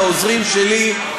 לעוזרים שלי,